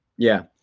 yeah.